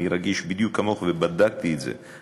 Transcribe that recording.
אני רגיש בדיוק כמוך ובדקתי את זה,